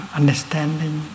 understanding